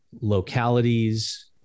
localities